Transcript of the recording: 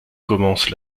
commence